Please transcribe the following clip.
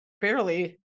barely